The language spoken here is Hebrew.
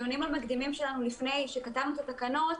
המקדימים כשכתבנו את התקנות,